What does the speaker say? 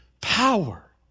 power